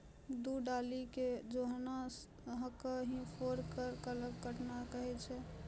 दू डाली कॅ जोड़ना कॅ ही फोर्क या कलम काटना कहै छ